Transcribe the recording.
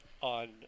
on